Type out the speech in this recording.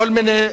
כל מיני